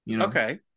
okay